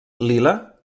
lila